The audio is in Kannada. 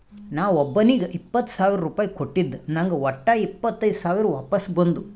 ನಾ ಒಬ್ಬೋನಿಗ್ ಇಪ್ಪತ್ ಸಾವಿರ ರುಪಾಯಿ ಕೊಟ್ಟಿದ ನಂಗ್ ವಟ್ಟ ಇಪ್ಪತೈದ್ ಸಾವಿರ ವಾಪಸ್ ಬಂದು